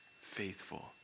faithful